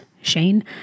Shane